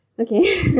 Okay